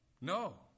no